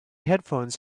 headphones